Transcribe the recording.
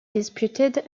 disputed